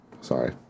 Sorry